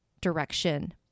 direction